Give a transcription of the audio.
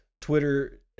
Twitter